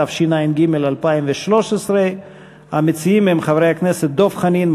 התשע"ג 2013. המציעים הם חברי הכנסת דב חנין,